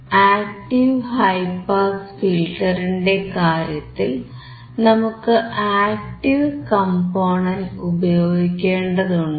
active high pass ഫിൽറ്ററിന്റെ കാര്യത്തിൽ നമുക്ക് ആക്ടീവ് കംപോണന്റ് ഉപയോഗിക്കേണ്ടതുണ്ട്